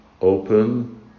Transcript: open